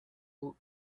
aux